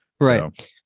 right